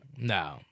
No